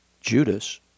Judas